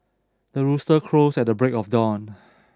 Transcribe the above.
the rooster crows at the break of dawn